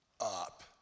up